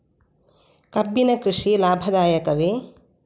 ಕಬ್ಬಿನ ಕೃಷಿ ಲಾಭದಾಯಕವೇ?